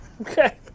Okay